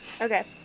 Okay